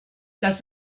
das